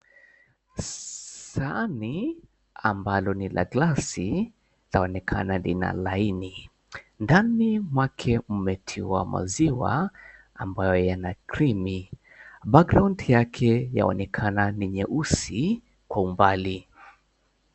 Sahani, ambalo ni la glasi, laonekana lina laini. Ndani mwake mmetiwa maziwa ambayo yana krimi. Background yake yaonekana ni nyeusi kwa umbali.